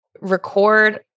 record